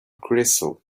crystal